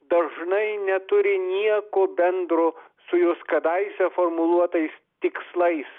dažnai neturi nieko bendro su jos kadaise formuluotais tikslais